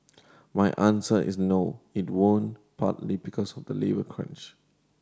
my answer is no it won't partly because of the labour crunch